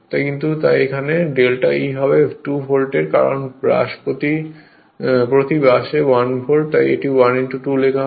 তাই কিন্তু delta E হবে 2 ভোল্ট কারণ প্রতি ব্রাশ 1 ভোল্ট তাই এটি 1 2 লেখা হয়